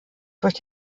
durch